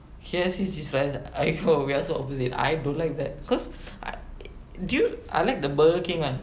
K_F_C's is like I phobia so we are opposite I don't like that cause I do I like the burger king [one]